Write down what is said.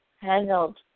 handled